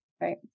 right